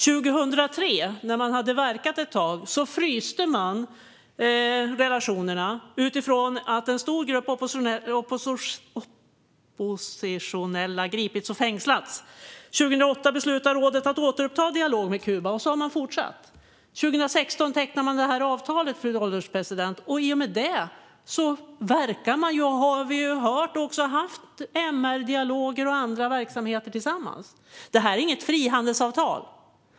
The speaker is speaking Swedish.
År 2003, när man hade verkat ett tag, fryste man relationerna utifrån att en stor grupp oppositionella hade gripits och fängslats. År 2008 beslutade rådet att återuppta dialogen med Kuba, och så har man fortsatt. År 2016 tecknade man detta avtal, fru ålderspresident, och i och med det verkar man, som vi har hört, ha haft MR-dialoger och andra verksamheter tillsammans. Detta är inget frihandelsavtal.